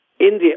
India